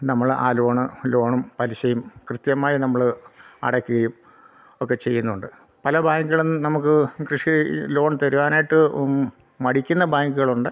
നമ്മൾ ആ ലോണ് ലോണും പലിശയും കൃത്യമായി നമ്മൾ അടയ്ക്കുകയും ഒക്കെ ചെയ്യുന്നുണ്ട് പല ബാങ്കുകളും നമുക്ക് കൃഷി ലോൺ തരുവാനായിട്ട് മടിക്കുന്ന ബാങ്കുകളുണ്ട്